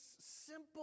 simple